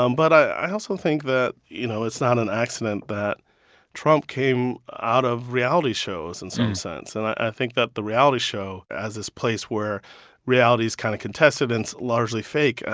um but i also think that, you know, it's not an accident that trump came out of reality shows, in some sense. and i think that the reality show, as this place where reality's kind of contested, and it's largely fake, ah